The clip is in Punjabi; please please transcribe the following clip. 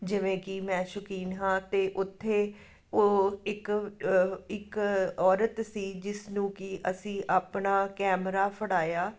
ਜਿਵੇਂ ਕਿ ਮੈਂ ਸ਼ੌਕੀਨ ਹਾਂ ਅਤੇ ਉੱਥੇ ਉਹ ਇੱਕ ਇੱਕ ਔਰਤ ਸੀ ਜਿਸ ਨੂੰ ਕਿ ਅਸੀਂ ਆਪਣਾ ਕੈਮਰਾ ਫੜਾਇਆ